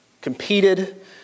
competed